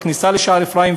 בכניסה לשער-אפרים,